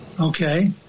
Okay